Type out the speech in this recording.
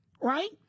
right